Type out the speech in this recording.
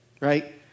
Right